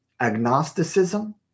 agnosticism